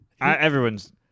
Everyone's